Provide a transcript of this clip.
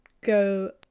go